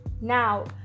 now